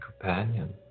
companion